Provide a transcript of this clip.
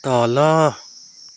तल